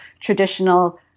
traditional